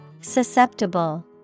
Susceptible